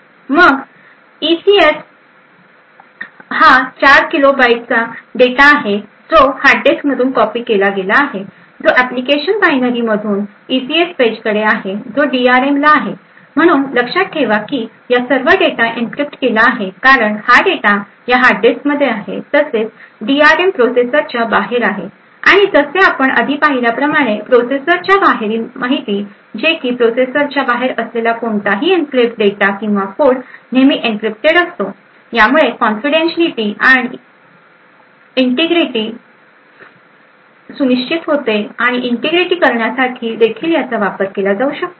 मग ईसीएस हा 4 kilobyte डेटाचा आहे जो हार्ड डिस्कमधून कॉपी केला गेला आहे जो ऍप्लिकेशन बायनरीमधून ईसीएस पेजकडे आहे जो डीआरएएमला आहे म्हणून लक्षात ठेवा की या सर्व डेटा एन्क्रिप्ट केला आहे कारण हा डेटा या हार्ड डिस्क मध्ये आहे तसेच डीआरएएम प्रोसेसरच्या बाहेर आहे आणि जसे आपण आधी पाहिल्याप्रमाणे प्रोसेसरच्या बाहेरील माहिती जे की प्रोसेसरच्या बाहेर असलेला कोणताही एन्क्लेव्ह डेटा किंवा कोड नेहमी एन्क्रिप्टेड असतो यामुळे कॉन्फिडन्टशीआलीटी सुनिश्चित होते आणि इंटिग्रिटी निर्माण करण्यासाठी देखील याचा वापर केला जाऊ शकतो